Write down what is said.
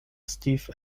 steve